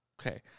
Okay